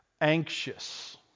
anxious